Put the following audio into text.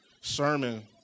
sermon